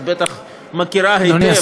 את בטח מכירה היטב,